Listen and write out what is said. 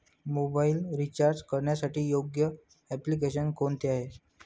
Mobile recharge करण्यासाठी योग्य application कोणते आहे?